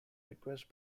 request